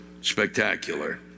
spectacular